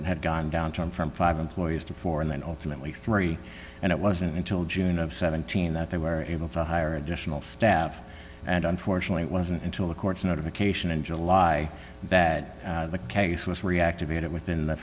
it had gone down from five employees to four and then ultimately three and it wasn't until june of seventeen that they were able to hire additional staff and unfortunately it wasn't until the courts notification in july that the case was reactivate it within the